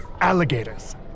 Alligators